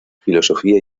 filosofía